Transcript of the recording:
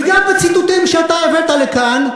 וגם בציטוטים שאתה הבאת לכאן,